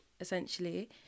essentially